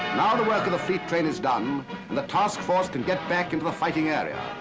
now the work of the fleet train is done and the taskforce can get back into the fighting area.